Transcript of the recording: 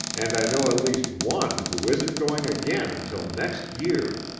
and i know at least one who isn't going again until next year.